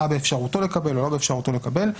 מה באפשרותו לקבל או לא באפשרותו לקבל.